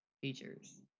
features